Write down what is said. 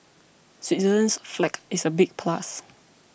Switzerland's flag is a big plus